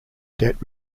debt